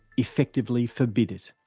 effectively forbid it.